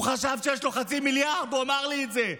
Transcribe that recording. הוא חשב שיש לו 0.5 מיליארד, הוא אמר לי את זה.